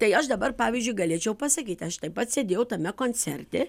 tai aš dabar pavyzdžiui galėčiau pasakyti aš taip pat sėdėjau tame koncerte